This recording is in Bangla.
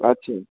আচ্ছা